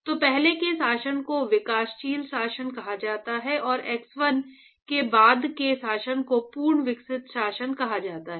तो पहले के शासन को विकासशील शासन कहा जाता है और X1 के बाद के शासन को पूर्ण विकसित शासन कहा जाता है